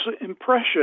impression